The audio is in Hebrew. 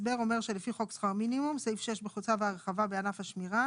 חדשים) הסבר 11 שכר יסוד X X לפי סעיף 6 בצו ההרחבה בענף השמירה